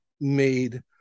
made